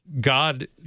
God